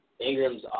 Ingram's